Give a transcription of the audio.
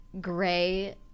gray